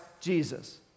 Jesus